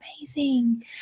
amazing